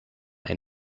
that